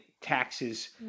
taxes